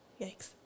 yikes